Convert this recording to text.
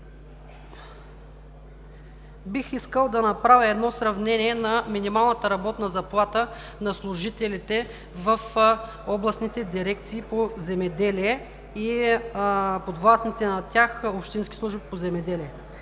бих искал да направя сравнение на минималната работна заплата на служителите в областните дирекции по земеделие и подвластните на тях общински служби по земеделие.